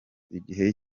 igihe